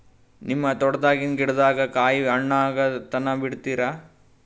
ನಿಮ್ಮ ತೋಟದಾಗಿನ್ ಗಿಡದಾಗ ಕಾಯಿ ಹಣ್ಣಾಗ ತನಾ ಬಿಡತೀರ?